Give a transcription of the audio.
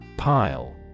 Pile